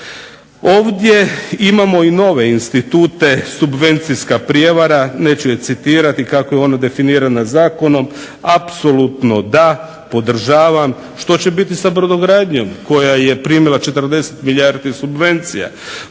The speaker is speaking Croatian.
Ovdje imamo i nove institute, subvencijska prijevara neću je citirati kako je ona definirano zakonom, apsolutno da, podržavam. Što će bit sa brodogradnjom koja je primila 40 milijardi subvencija?